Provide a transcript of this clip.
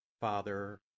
Father